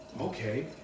okay